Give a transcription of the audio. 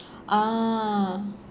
ah